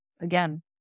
again